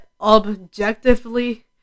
Objectively